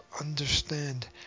understand